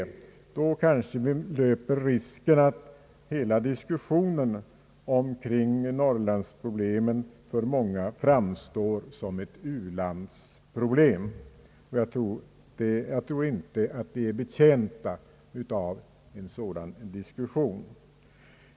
Vi löper kanske då risken att hela diskussionen omkring norrlandsproblemen för många framstår som en diskussion om u-landsproblem, och jag tror inte att vi är betjänta av en sådan diskussion.